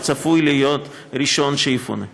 שצפוי להיות הראשון שיפונה.